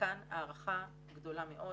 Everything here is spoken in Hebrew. ומכאן הערכה גדולה מאוד